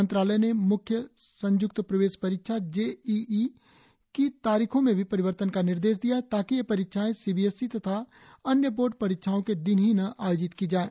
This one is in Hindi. मंत्रालय ने मुख्य संयुक्त प्रवेश परीक्षा जेईई की तारीखों में भी परिवर्तन का निर्देश दिया है ताकि ये परीक्षाएं सीबीएसई तथा अन्य बोर्ड परीक्षाओं के दिन ही न आयोजित की जाएं